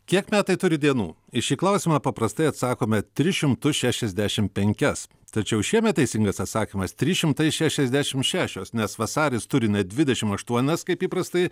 kiek metai turi dienų į šį klausimą paprastai atsakome tris šimtus šešiasdešim penkias tačiau šiemet teisingas atsakymas tris šimtai šešiasdešim šešios nes vasaris turi ne dvidešim aštuonias kaip įprastai